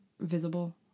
visible